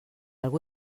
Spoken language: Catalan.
algú